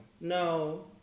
No